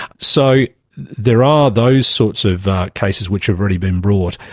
so there are those sorts of cases which have already been brought.